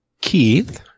Keith